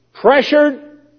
pressured